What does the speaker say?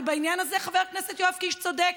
ובעניין הזה חבר הכנסת יואב קיש צודק.